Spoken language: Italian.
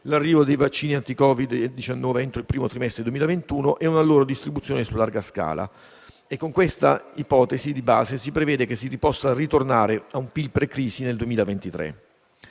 l'arrivo dei vaccini anti Covid-19 entro il primo trimestre del 2021 e una loro distribuzione su larga scala. Con questa ipotesi di base si prevede che si possa ritornare a un PIL pre-crisi nel 2023.